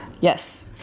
Yes